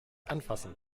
anfassen